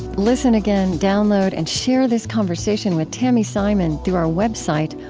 listen again, download and share this conversation with tami simon through our website,